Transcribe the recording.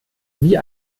wie